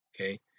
Okay